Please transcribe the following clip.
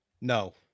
no